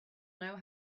know